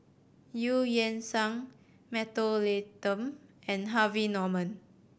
Eu Yan Sang Mentholatum and Harvey Norman